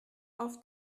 auf